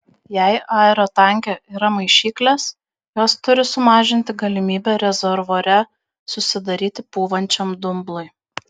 jei aerotanke yra maišyklės jos turi sumažinti galimybę rezervuare susidaryti pūvančiam dumblui